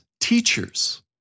teachers